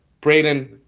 Braden